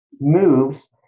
moves